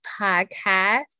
podcast